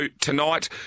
tonight